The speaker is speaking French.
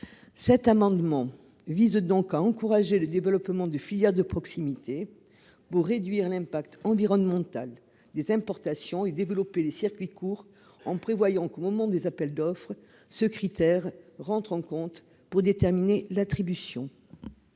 cet amendement vise donc à encourager le développement de filières de proximité pour réduire l'impact environnemental des importations et développer les circuits courts en prévoyant qu'au moment des appels d'offres, ce critère rentrent en compte pour déterminer l'attribution.